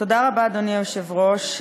תודה רבה, אדוני היושב-ראש.